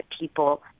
people